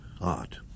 art